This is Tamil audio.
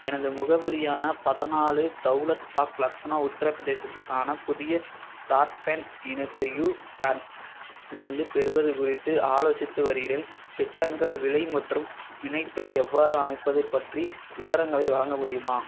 எனது முகவரியான பதினாலு தௌலத் பாக் லக்னோ உத்தரப்பிரதேசத்துக்கான புதிய ப்ராட்பேண்ட் இணைப்பை யூ ப்ராட் இருந்து பெறுவது குறித்து ஆலோசித்து வருகிறேன் திட்டங்கள் விலை மற்றும் இணைப்பை எவ்வாறு அமைப்பது பற்றி விவரங்களை வழங்க முடியுமா